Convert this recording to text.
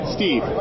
Steve